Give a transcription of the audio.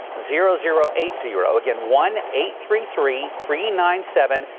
zero, zero, eight, zero again one, eight, three, three, three, nine, seven,